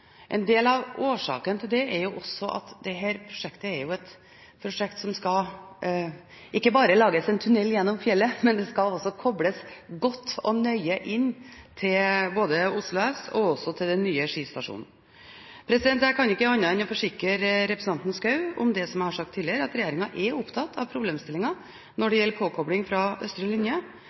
En del av årsaken til det er at dette prosjektet er et prosjekt hvor det ikke bare skal lages en tunnel gjennom fjellet, men det skal kobles godt og nøye inn både til Oslo S og til nye Ski stasjon. Jeg kan ikke annet enn å forsikre representanten Schou om det som jeg har sagt tidligere, at regjeringen er opptatt av problemstillingen når det gjelder påkobling fra østre linje,